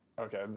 Okay